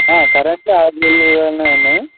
currently అవైలబుల్గానే ఉన్నాయి